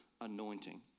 anointing